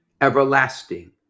everlasting